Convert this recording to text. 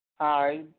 Hi